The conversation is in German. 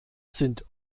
sind